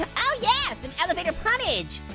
and oh yeah, an elevator punnage.